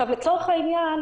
לצורך העניין,